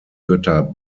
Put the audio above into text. götter